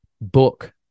book